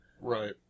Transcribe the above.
Right